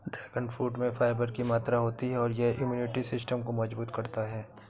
dragon fruit में fibre की मात्रा होती है और यह इम्यूनिटी सिस्टम को मजबूत करता है